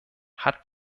hat